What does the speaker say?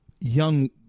young